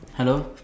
hello